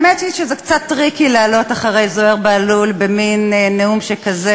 שזה קצת טריקי לעלות אחרי זוהיר בהלול במין נאום שכזה,